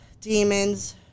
demons